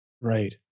right